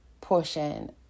portion